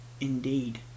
Indeed